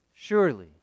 Surely